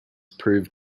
proved